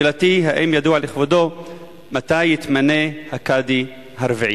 שאלתי: האם ידוע לכבודו מתי יתמנה הקאדי הרביעי?